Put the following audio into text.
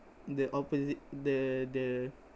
the opposite the the